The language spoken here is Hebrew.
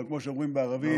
אבל כמו שאומרים בערבית,